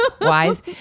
wise